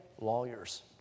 Lawyers